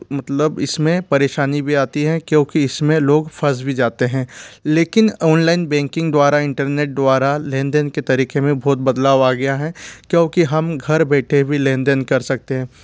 मतलब इसमें परेशानी भी आती है क्योंकि इसमें लोग फस भी जाते हैं लेकिन ओनलाइन बेंकिंग द्वारा इंटरनेट द्वारा लेनदेन के तरीके में बहुत बदलाव आ गया है क्योंकि हम घर बैठे भी लेनदेन कर सकते हैं